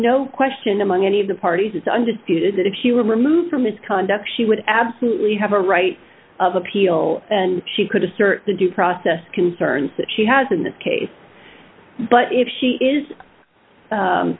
no question among any of the parties is undisputed that if she were removed for misconduct she would absolutely have a right of appeal and she could assert the due process concerns that she has in this case but if she is